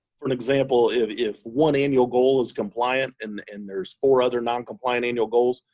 for and example, if if one annual goal is compliant and and there's four other noncompliant annual goals,